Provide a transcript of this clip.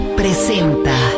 presenta